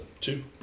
two